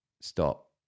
stop